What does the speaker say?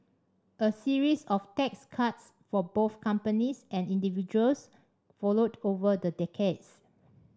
a series of tax cuts for both companies and individuals followed over the decades